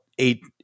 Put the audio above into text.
eight